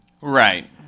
Right